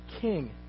King